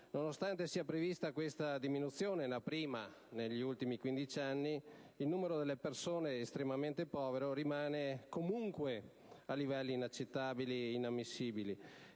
Nonostante sia prevista questa diminuzione (la prima negli ultimi 15 anni), il numero delle persone estremamente povere rimane a livelli inaccettabili e inammissibili.